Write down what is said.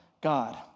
God